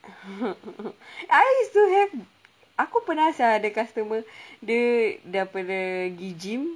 I used to have aku pernah sia ada customer dia daripada pergi gym